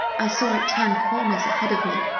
i saw it turn corners ahead of me.